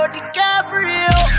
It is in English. DiCaprio